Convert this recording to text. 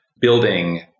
building